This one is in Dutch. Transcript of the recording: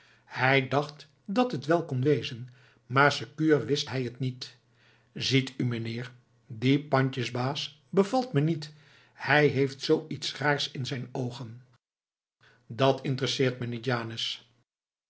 hij dacht dat het wel kon wezen maar sekuur wist hij het niet ziet u meneer die pandjesbaas bevalt me niet hij heeft zoo iets raars in zijn oogen dat interesseert me niet janus